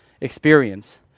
experience